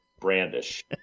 brandish